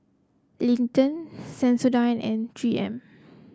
Lindt Sensodyne and Three M